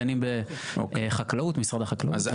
דנים בחקלאות משרד החקלאות,